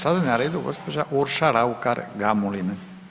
Sada je na redu gđa. Urša Raukar Gamulin.